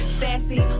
sassy